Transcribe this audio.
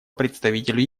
представителю